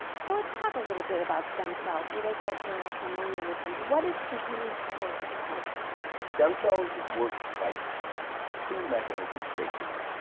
so let's talk a little bit about stem cells for those of us who are not familiar with them. what is the healing power of stem cells? stem cells work by two mechanisms, basically.